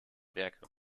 werke